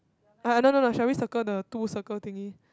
uh no no no shall we circle the two circle thingy